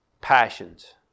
passions